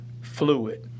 fluid